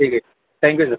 ठीक आहे thank you sir